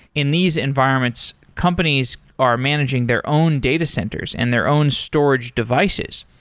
in these environments, companies are managing their own data centers and their own storage devices.